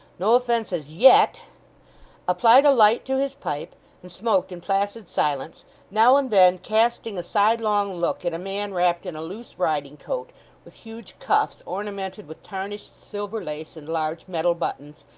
no offence as yet applied a light to his pipe and smoked in placid silence now and then casting a sidelong look at a man wrapped in a loose riding-coat with huge cuffs ornamented with tarnished silver lace and large metal buttons,